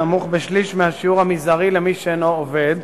הנמוך בשליש מהשיעור המזערי למי שאינו עובד,